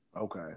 Okay